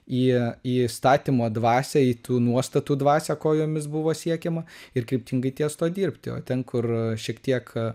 į į įstatymo dvasią į tų nuostatų dvasią ko jomis buvo siekiama ir kryptingai ties tuo dirbti o ten kur šiek tiek